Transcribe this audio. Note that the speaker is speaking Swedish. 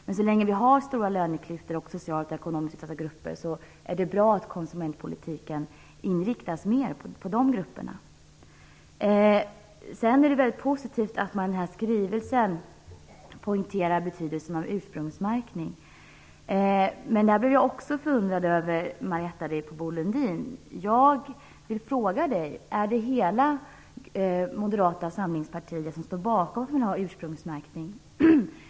Men så länge vi har stora löneklyftor och socialt och ekonomiskt utsatta grupper är det bra att konsumentpolitiken inriktas mer på de grupperna. Det är väldigt positivt att man i skrivelsen framhåller betydelsen av ursprungsmärkning. Men även på den punkten blev jag förundrad över Marietta de Pourbaix-Lundin. Jag vill fråga: Står hela Moderata samlingspartiet bakom en önskan om ursprungsmärkning?